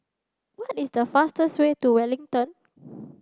what is the fastest way to Wellington